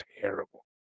terrible